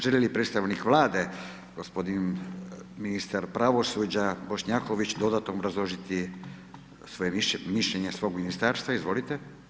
Želi li predstavnik Vlade gospodin ministar pravosuđa Bošnjaković dodatno obrazložiti svoje mišljenje, mišljenje svog ministarstva, izvolite.